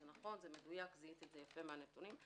זה נכון זיהית את זה יפה מהנתונים.